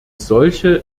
solche